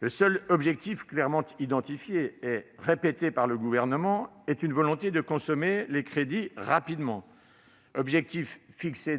Le seul objectif clairement identifié et répété par le Gouvernement est la volonté de consommer les crédits rapidement : tel est, en effet, l'objectif fixé